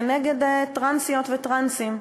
נגד טרנסיות וטרנסים,